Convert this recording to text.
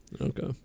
Okay